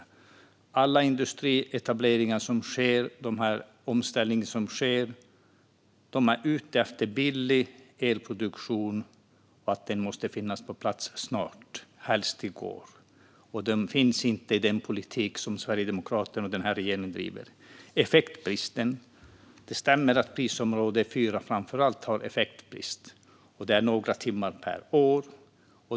I samband med alla industrietableringar och den omställning som sker är man ute efter billig elproduktion, och den måste finnas på plats snart - helst i går. Detta finns inte i den politik som Sverigedemokraterna och denna regering driver. Det stämmer att framför allt prisområde 4 har effektbrist. Det handlar om några timmar per år.